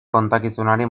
kontakizunari